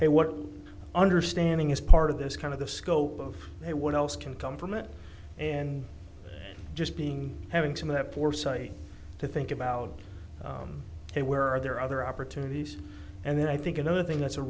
hey what understanding is part of this kind of the scope of it what else can come from it and just being having some of that foresight to think about where are there other opportunities and then i think another thing that's a